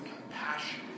compassion